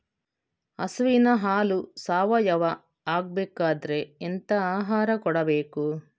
ಹಸುವಿನ ಹಾಲು ಸಾವಯಾವ ಆಗ್ಬೇಕಾದ್ರೆ ಎಂತ ಆಹಾರ ಕೊಡಬೇಕು?